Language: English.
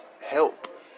help